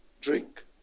Drink